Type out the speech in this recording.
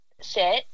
sit